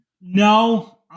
No